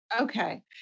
Okay